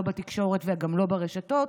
לא בתקשורת וגם לא ברשתות,